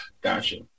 Gotcha